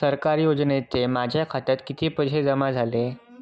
सरकारी योजनेचे माझ्या खात्यात किती पैसे जमा झाले?